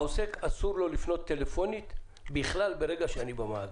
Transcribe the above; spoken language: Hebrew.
אסור לו לפנות טלפונית בכלל ברגע שאני במאגר.